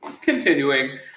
continuing